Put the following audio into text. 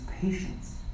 patience